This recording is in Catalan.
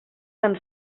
tan